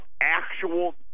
actual